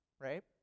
right